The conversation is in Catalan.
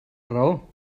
raó